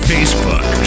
Facebook